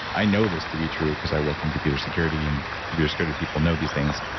i know this to be true, because i work in computer security. and computer security people know these things.